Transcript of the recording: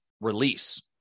release